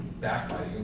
backbiting